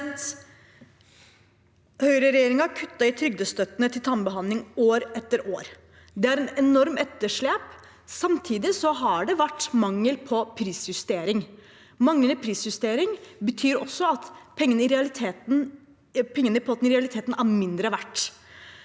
Høyreregjeringen kut- tet i trygdestøtten til tannbehandling år etter år. Det er et enormt etterslep. Samtidig har det vært mangel på prisjustering. Manglende prisjustering betyr også at pengene i potten i realiteten er mindre verdt.